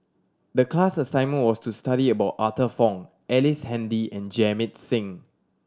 the class assignment was to study about Arthur Fong Ellice Handy and Jamit Singh